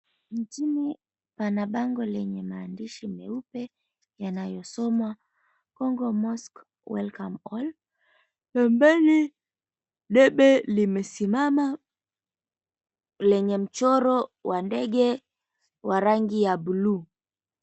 Mtini pana bango lenye maandishi meupe yanayosomwa Kongo Mosque Welcome All . Pembeni, debe limesimama lenye mchoro wa ndege wa rangi ya blue .